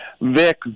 VIC